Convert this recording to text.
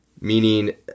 meaning